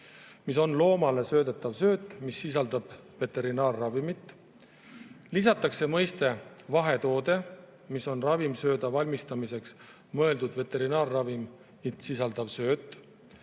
mis on loomale söödetav sööt, mis sisaldab veterinaarravimit. Lisatakse mõiste "vahetoode", mis on ravimsööda valmistamiseks mõeldud veterinaarravimit sisaldav sööt.